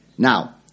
Now